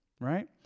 right